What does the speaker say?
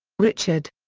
richard.